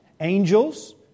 angels